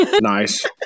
Nice